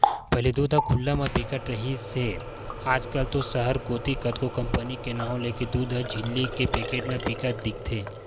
पहिली दूद ह खुल्ला म बिकत रिहिस हे आज कल तो सहर कोती कतको कंपनी के नांव लेके दूद ह झिल्ली के पैकेट म बिकत दिखथे